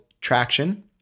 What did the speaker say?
Traction